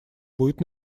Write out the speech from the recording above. будет